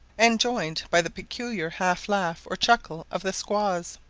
and joined by the peculiar half-laugh or chuckle of the squaws.